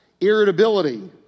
irritability